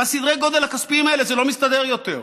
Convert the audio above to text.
בסדרי גודל הכספיים האלה, זה לא מסתדר יותר.